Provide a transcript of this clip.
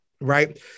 right